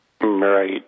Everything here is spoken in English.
Right